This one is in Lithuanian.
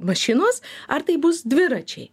mašinos ar tai bus dviračiai